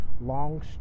long